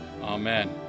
Amen